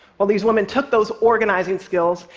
well, these women took those organizing skills,